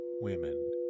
women